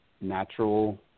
natural